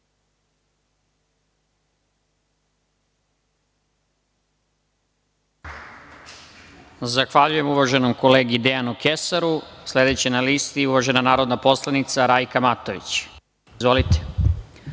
Zahvaljujem, uvaženom kolegi Dejanu Kesaru. Sledeća je na listi narodna poslanica Rajka Matović. Izvolite.